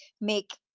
make